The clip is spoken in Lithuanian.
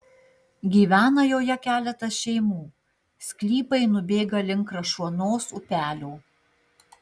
gyvena joje keletas šeimų sklypai nubėga link krašuonos upelio